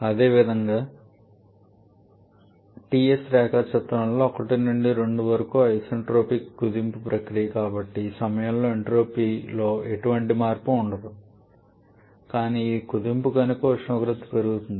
అదేవిధంగా Ts రేఖాచిత్రంలో 1 నుండి 2 వరకు ఐసెన్ట్రోపిక్ కుదింపు ప్రక్రియ కాబట్టి ఈ సమయంలో ఎంట్రోపీలో ఎటువంటి మార్పు ఉండదు కానీ ఇది కుదింపు కనుక ఉష్ణోగ్రత పెరుగుతుంది